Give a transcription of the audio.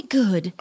good